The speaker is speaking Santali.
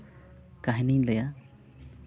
ᱠᱟᱹᱦᱱᱤᱧ ᱞᱟᱹᱭᱟ